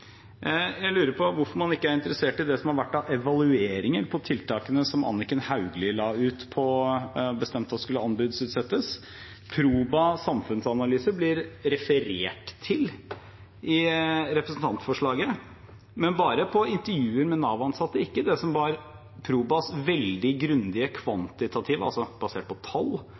Jeg lurer på hvorfor man ikke er interessert i det som har vært av evalueringer på tiltakene som Anniken Hauglie bestemte skulle anbudsutsettes. Proba samfunnsanalyse blir referert til i representantforslaget, men bare på intervjuer med Nav-ansatte – ikke det som var Probas veldig grundige kvantitative analyse, altså basert på tall,